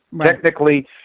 Technically